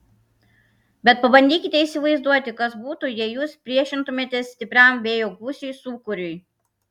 bet pabandykite įsivaizduoti kas būtų jei jūs priešintumėtės stipriam vėjo gūsiui sūkuriui